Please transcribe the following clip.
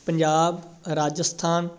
Punjab Rajasthan